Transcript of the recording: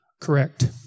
correct